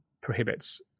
prohibits